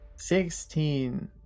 Sixteen